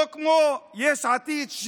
לא כמו יש עתיד,